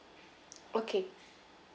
okay